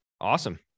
awesome